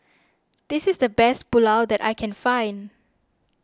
this is the best Pulao that I can find